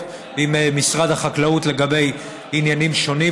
עם משרד החקלאות לגבי עניינים שונים,